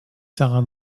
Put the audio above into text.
sarah